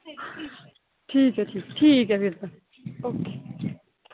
ठीक ऐ ठीक ठीक ऐ फिर तां ओके